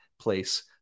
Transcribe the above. place